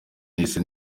nahise